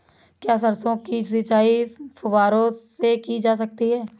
क्या सरसों की सिंचाई फुब्बारों से की जा सकती है?